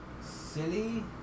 silly